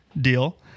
deal